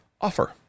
offer